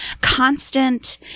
constant